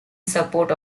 support